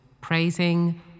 praising